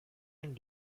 and